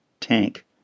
tank